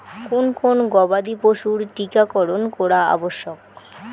কোন কোন গবাদি পশুর টীকা করন করা আবশ্যক?